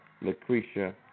Lucretia